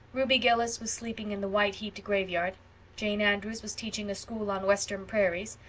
ruby gillis was sleeping in the white-heaped graveyard jane andrews was teaching a school on western prairies.